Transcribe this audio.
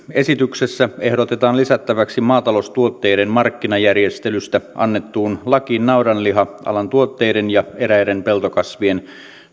esityksessä ehdotetaan lisättäväksi maata loustuotteiden markkinajärjestelystä annettuun lakiin naudanliha alan tuotteiden ja eräiden peltokasvien